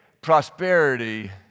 prosperity